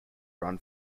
run